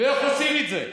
ואיך עושים את זה?